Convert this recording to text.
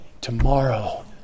tomorrow